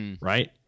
right